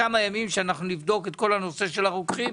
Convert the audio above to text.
כמה ימים עד שנבדוק את כל הנושא של הרוקחים.